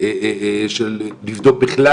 של לבדוק בכלל,